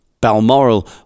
Balmoral